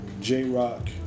J-Rock